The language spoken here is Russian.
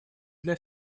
для